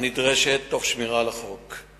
הנדרשת ובשמירה על החוק.